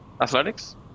Athletics